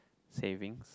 savings